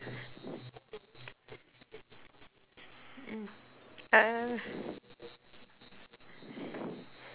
uh